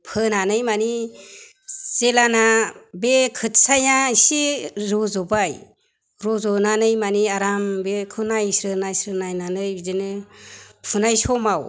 फोनानै माने जेब्लाना बे खोथियाआ एसे रज'बाय रज'नानै माने आराम बेखौ नायस्रो नायस्रो नायनानै बिदिनो फुनाय समाव